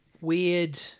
weird